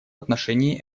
отношении